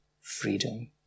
freedom